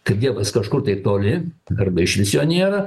kad dievas kažkur tai toli arba išvis jo nėra